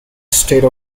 state